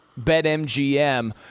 BetMGM